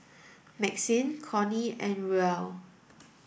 Maxine Cornie and Ruel